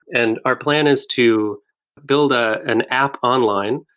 and our plan is to build ah an app online,